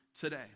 today